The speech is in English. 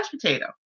potato